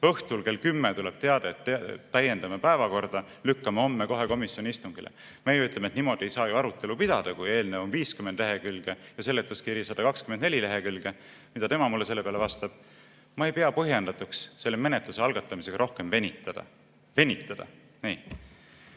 Õhtul kell 10 tuleb teade, et täiendame päevakorda, lükkame homme kohe komisjoni istungile. Me ütleme, et niimoodi ei saa ju arutelu pidada, kui eelnõu on 50 lehekülge ja seletuskiri 124 lehekülge. Mida tema mulle selle peale vastab? "Ma ei pea põhjendatuks selle menetluse algatamisega rohkem venitada." Venitada! Ja